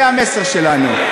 זה המסר שלנו.